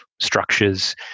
structures